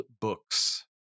Books